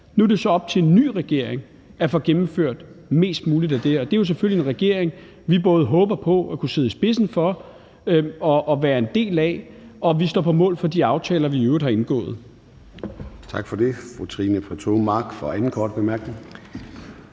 Nu er det så op til en ny regering at få gennemført mest muligt af det. Og det er jo selvfølgelig en regering, vi håber på både at kunne sidde i spidsen for og være en del af, og vi står på mål for de aftaler, vi i øvrigt har indgået. Kl. 13:19 Formanden (Søren Gade): Tak for det. Fru Trine Pertou Mach for anden korte bemærkning.